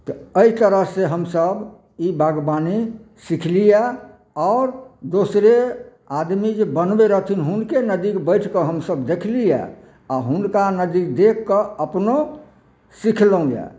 तऽ एहि तरह से हमसब ई बागबानी सिखलिया आओर दोसरे आदमी जे बनबै रहथिन हुनके नजदीक बैठ कऽ हमसब देखलिया आ हुनका नजदीक देखिकऽ अपनो सिखलहुॅंया